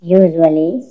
usually